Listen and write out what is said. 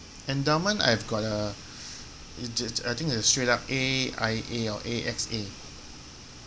endowment I've got a I think a straight up A_I_A or A_X_A